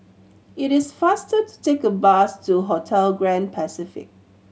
it is faster to take a bus to Hotel Grand Pacific